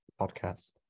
podcast